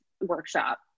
workshop